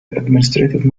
administrative